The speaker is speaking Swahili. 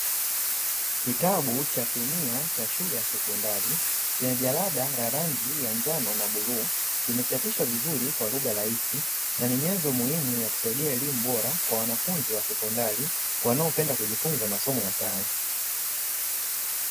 Kitabu cha kemia cha shule ya sekondari chenye jalada la rangi ya njano na bluu kimechapishwa vizuri kwa lugha rahisi na ni nyenzo muhimu ya kusaidia elimu bora kwa wanafunzi wa sekondari wanaopenda kujifunza masomo ya sayansi.